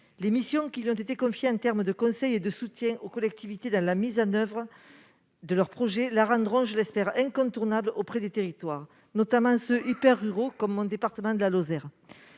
Les missions qui lui ont été confiées en termes de conseil et de soutien aux collectivités dans la mise en oeuvre de leurs projets la rendront, je l'espère, incontournable auprès des territoires, notamment les territoires hyper-ruraux, comme mon département de la Lozère.